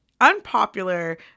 unpopular